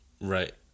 Right